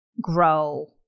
grow